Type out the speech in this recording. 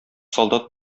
солдат